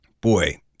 Boy